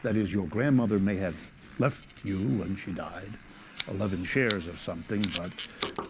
that is, your grandmother may have left you when and she died eleven shares of something, but